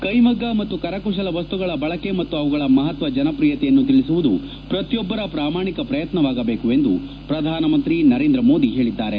ಕೈಮಗ್ಗ ಮತ್ತು ಕರಕುಶಲ ವಸ್ತುಗಳ ಬಳಕೆ ಮತ್ತು ಅವುಗಳ ಮಹತ್ವ ಜನಪ್ರಿಯತೆಯನ್ನು ತಿಳಿಸುವುದು ಪ್ರತಿಯೊಬ್ಬರ ಪ್ರಾಮಾಣಿಕ ಪ್ರಯತ್ವವಾಗಬೇಕು ಎಂದು ಪ್ರಧಾನಮಂತ್ರಿ ನರೇಂದ್ರ ಮೋದಿ ಹೇಳಿದ್ದಾರೆ